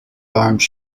arms